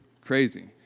crazy